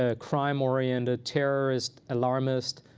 ah crime-oriented, terrorist, alarmist,